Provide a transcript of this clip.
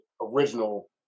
original